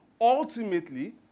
ultimately